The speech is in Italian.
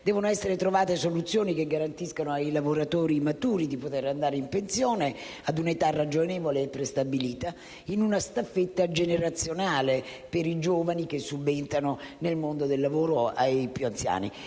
Devono essere trovate soluzioni che garantiscano ai lavoratori maturi di poter andare in pensione ad una età ragionevole e prestabilita, in una staffetta generazionale per i giovani che subentrano nel mondo del lavoro ai più anziani.